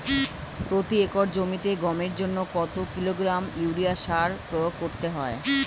প্রতি একর জমিতে গমের জন্য কত কিলোগ্রাম ইউরিয়া সার প্রয়োগ করতে হয়?